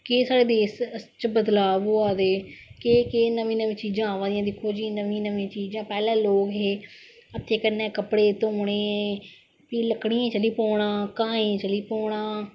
केह् साढ़े देश दा बदलाव होआ दे के के नमीं नमीं चीजां आवा दी नमीं नमीं पैहलें लोक हे हत्थें कन्नै कपडे़ धोने फ्ही लकडि़यें गी चली पौना घाए गी चली पौना